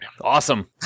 Awesome